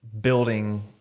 building